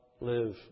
live